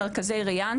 נושא שני זה מרכזי ריאן,